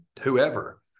whoever